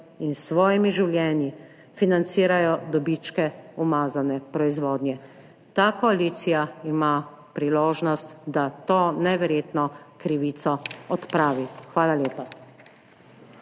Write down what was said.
in s svojimi življenji financirajo dobičke umazane proizvodnje. Ta koalicija ima priložnost, da to neverjetno krivico odpravi. Hvala lepa.